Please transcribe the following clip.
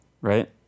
right